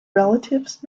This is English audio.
relatives